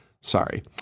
Sorry